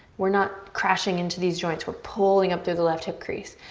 we're not crashing into these joints, we're pulling up there the left hip crease.